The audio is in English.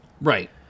Right